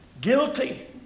Guilty